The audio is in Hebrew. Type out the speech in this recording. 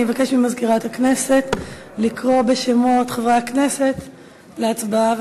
אני אבקש ממזכירת הכנסת לקרוא בשמות חברי הכנסת להצבעה,